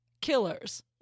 killers